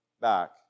back